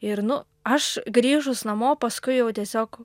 ir nu aš grįžus namo paskui jau tiesiog